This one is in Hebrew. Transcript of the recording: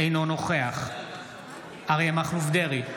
אינו נוכח אריה מכלוף דרעי,